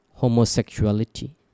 homosexuality